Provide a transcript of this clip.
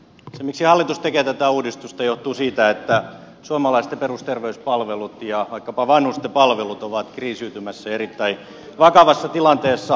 se miksi hallitus tekee tätä uudistusta johtuu siitä että suomalaisten perusterveyspalvelut ja vaikkapa vanhusten palvelut ovat kriisiytymässä ja erittäin vakavassa tilanteessa